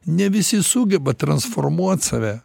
ne visi sugeba transformuot save